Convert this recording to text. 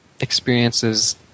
experiences